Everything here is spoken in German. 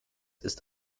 ist